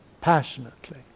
passionately